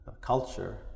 culture